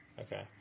Okay